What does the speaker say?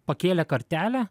pakėlė kartelę